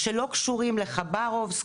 שלא קשורים לחברובסק,